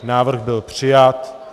Návrh byl přijat.